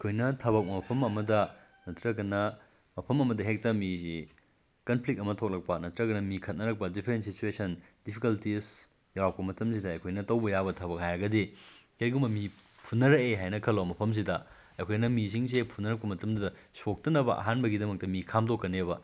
ꯑꯩꯈꯣꯏꯅ ꯊꯕꯛ ꯃꯐꯝ ꯑꯃꯗ ꯅꯠꯇ꯭ꯔꯒꯅ ꯃꯐꯝ ꯑꯃꯗ ꯍꯦꯛꯇ ꯃꯤꯁꯤ ꯀꯟꯐ꯭ꯂꯤꯛ ꯑꯃ ꯊꯣꯛꯂꯛꯄ ꯅꯠꯇ꯭ꯔꯒꯅ ꯃꯤ ꯈꯠꯅꯔꯛꯄ ꯗꯤꯐ꯭ꯔꯦꯟ ꯁꯤꯆꯨꯋꯦꯁꯟ ꯗꯤꯐꯤꯀꯜꯇꯤꯁ ꯌꯥꯎꯔꯛꯄ ꯃꯇꯝꯁꯤꯗ ꯑꯩꯈꯣꯏꯅ ꯇꯧꯕ ꯌꯥꯕ ꯊꯕꯛ ꯍꯥꯏꯔꯒꯗꯤ ꯀꯔꯤꯒꯨꯝꯕ ꯃꯤ ꯐꯨꯅꯔꯛꯑꯦ ꯍꯥꯏꯅ ꯈꯜꯂꯣ ꯃꯐꯝꯁꯤꯗ ꯑꯩꯈꯣꯏꯅ ꯃꯤꯁꯤꯡꯁꯦ ꯐꯨꯅꯔꯛꯄ ꯃꯇꯝꯗꯨꯗ ꯁꯣꯛꯇꯅꯕ ꯑꯍꯥꯟꯕꯒꯤꯗꯃꯛꯇ ꯃꯤ ꯈꯥꯝꯗꯣꯛꯀꯅꯦꯕ